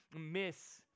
miss